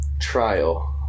trial